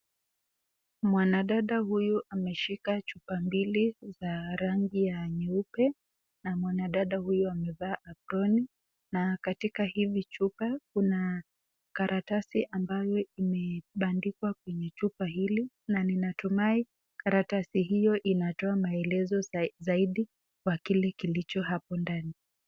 Mwanadada huyu ameishika chumba mbili za rangi ya nyeupe na mwadada huyu amevaa aproni na katika hizi chupa na karatasi ambayo imeandikwa kwenye chupa hili na ninatumai karatasi hiyo inatoa maelezo zaidi kwa kile kilicho hapo ndani.